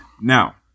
Now